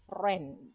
friend